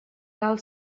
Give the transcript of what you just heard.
cal